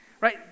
Right